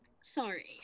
Sorry